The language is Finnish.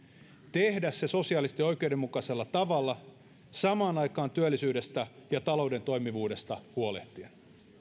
tehdä se sosiaalisesti oikeudenmukaisella tavalla samaan aikaan työllisyydestä ja talouden toimivuudesta huolehtien